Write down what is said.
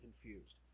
confused